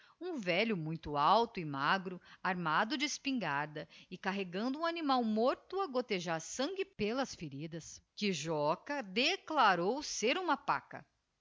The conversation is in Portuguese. um velho muito alto e magro armado de espingarda e carregando um animal morto a gottejar sangue pelas feridas que joca declarou ser uma paca